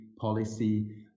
policy